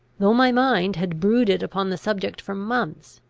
though my mind had brooded upon the subject for months,